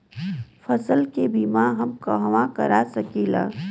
फसल के बिमा हम कहवा करा सकीला?